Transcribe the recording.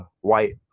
white